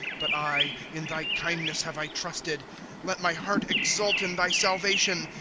but i, in thy kindness have i trusted let my heart exult in thy salvation.